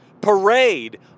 parade